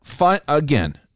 Again